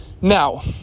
Now